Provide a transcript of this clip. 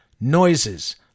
noises